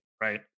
right